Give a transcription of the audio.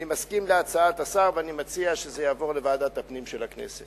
אני מסכים להצעת השר ואני מציע שזה יעבור לוועדת הפנים של הכנסת.